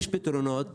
יש פתרונות,